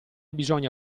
bisogna